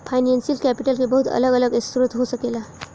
financial capital के बहुत अलग अलग स्रोत हो सकेला